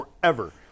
Forever